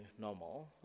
normal